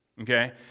okay